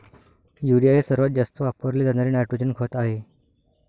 urea हे सर्वात जास्त वापरले जाणारे नायट्रोजन खत आहे